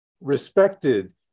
respected